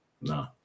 No